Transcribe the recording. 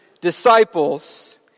disciples